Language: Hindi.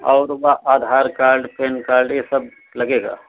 और आधार कार्ड पैन कार्ड यह सब लगेगा